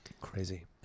Crazy